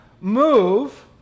move